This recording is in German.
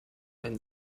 dein